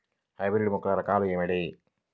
Hybrid మొక్కల రకాలు ఏమిటి?